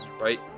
right